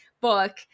book